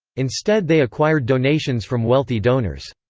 instead they acquired donations from wealthy donors.